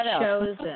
chosen